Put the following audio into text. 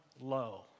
low